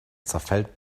zerfällt